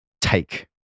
take